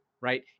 right